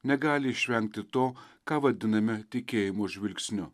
negali išvengti to ką vadiname tikėjimo žvilgsniu